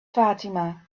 fatima